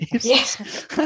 Yes